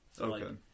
Okay